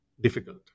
difficult